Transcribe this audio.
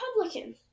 Republican